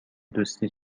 دوستی